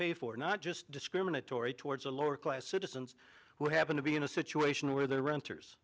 pay for not just discriminatory towards the lower class citizens who happen to be in a situation where they're renters